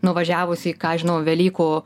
nuvažiavus į ką aš žinau velykų